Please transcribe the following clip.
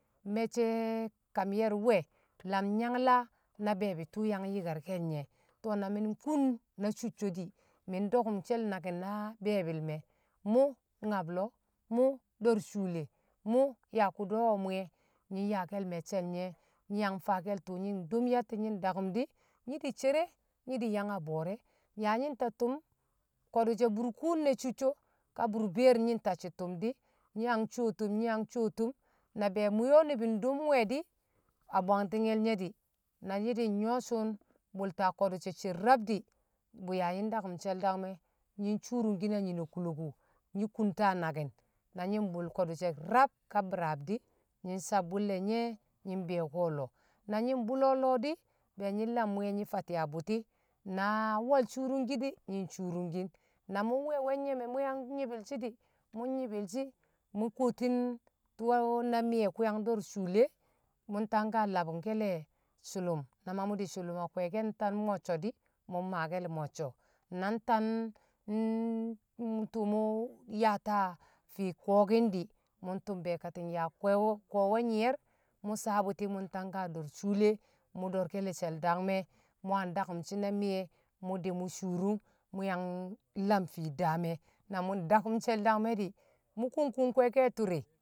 me̱cce̱ kam ye̱r we̱ lam nyangla na be̱e̱bi̱ tṵṵ yang yikarke̱l nye̱ to na mi̱ nkun na cicco̱ di̱ mi̱ ndo̱kṵmke̱l naki̱n na be̱e̱bi̱l me̱ mu nyab lo̱o̱, mi̱ do̱r shule, mṵ yaa kṵ do̱o̱ we̱ muye̱ nyi̱ yakel maccel nye nyi yang faake̱l tṵṵ nyi̱ dong yatti nyi dakṵm nyi̱ di̱ cere nyi̱ di̱ yang a bo̱o̱re̱ ya nyi̱ nta tṵm ko̱dṵ she̱ burkuun ne̱ cicco ka burbeer nyi̱ ntacci̱ tṵm di̱ nyi yang cuwo tṵm nyi yang cuwo tṵm na be̱e̱ muye̱ o̱ ni̱bi̱ ndom we̱ di̱ a bwangtinge̱l nye di̱ na nyi̱dikan nyo sṵṵn bṵlta ko̱ dṵ she sher rab di̱ bu ya nyi̱n ndakum she̱l dangme̱ nyi̱ currung kin ne nye̱ a nyine kuloku nyi̱ kunta naki̱n na nyi̱ mbṵl ko̱dṵ rab ka biraab di̱ nyi sabbṵlle̱ nyi̱ mbi̱yo̱ko̱ lo̱o̱, nanyi̱ mo̱o̱lo̱ lo̱o̱ di be̱e̱ nlam mwi̱ye̱ nyi̱ fati̱ bṵti̱ na wo̱l curwungkin di̱ nyi̱n wcurungki̱n na mu nwe̱e̱ we nyeme mi̱ yang nyi̱bi̱l shi di mṵ nyi̱bi̱lshi̱ mṵ kuwotin tu na mi̱ye̱ kṵyang do̱r shule, mṵ tangka labṵng ke̱ le̱ sṵlṵm na ma mṵ di̱ sṵlṵm a kwe̱e̱ke̱ ka mṵ nta mo̱cco̱ di, mun makel mocco na nta ntṵṵ mṵ yaata fii ko̱o̱ki̱n di̱ mṵ mtṵm be̱e̱kati̱ng yaa ko̱wo̱ nyi̱i̱ye̱r mṵ saa bṵti̱ mṵ tangka do̱r shuule, mṵ do̱r ke̱le̱ she̱l dabgme̱ mṵ yang dakṵm shi̱ na mi̱ye̱ mṵ de mṵ curung mṵ yang lam fii daam e̱ namṵ dakṵm shel dangme̱ di̱ mu kun kun kweke a turi